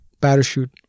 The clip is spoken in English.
parachute